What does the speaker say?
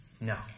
no